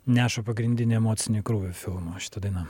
neša pagrindinį emocinį krūvį filmo šita daina